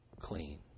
clean